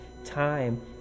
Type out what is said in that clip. time